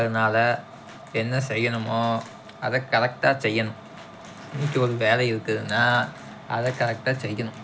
அதனால் என்ன செய்யணுமோ அத கரெக்டாக செய்யணும் இன்றைக்கு ஒரு வேலை இருக்குதுன்னா அதை கரெக்டா செய்யணும்